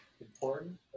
important